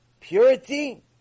purity